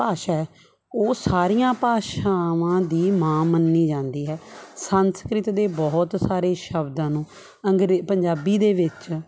ਭਾਸ਼ਾ ਹੈ ਉਹ ਸਾਰੀਆਂ ਭਾਸ਼ਾਵਾਂ ਦੀ ਮਾਂ ਮੰਨੀ ਜਾਂਦੀ ਹੈ ਸੰਸਕ੍ਰਿਤ ਦੇ ਬਹੁਤ ਸਾਰੇ ਸ਼ਬਦਾਂ ਨੂੰ ਅੰਗਰੇ ਪੰਜਾਬੀ ਦੇ ਵਿੱਚ